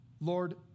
Lord